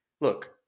Look